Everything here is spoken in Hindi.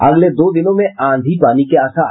अगले दो दिनों में आंधी पानी के आसार